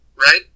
right